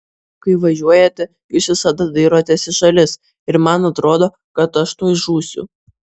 kai važiuojate jūs visada dairotės į šalis ir man atrodo kad aš tuoj žūsiu